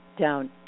down